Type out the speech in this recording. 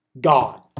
God